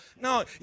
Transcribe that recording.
No